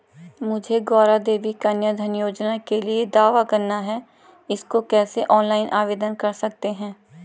मुझे गौरा देवी कन्या धन योजना के लिए दावा करना है इसको कैसे ऑनलाइन आवेदन कर सकते हैं?